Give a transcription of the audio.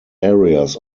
areas